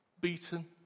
beaten